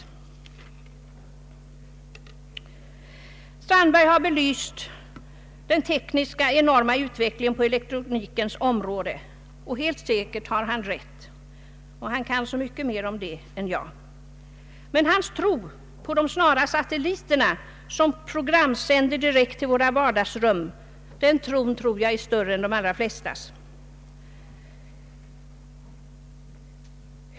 Herr Strandberg har belyst den enorma utvecklingen på elektroteknikens område, och helt säkert har han rätt. Han kan mycket mer om det än jag. Men hans tro på de snara satelliterna som sänder program direkt till våra vardagsrum tror jag är större än de allra flestas.